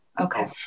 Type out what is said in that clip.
okay